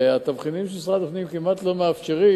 והתבחינים של משרד הפנים כמעט לא מאפשרים